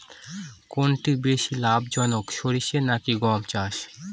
কোনটি বেশি লাভজনক সরষে নাকি গম চাষ?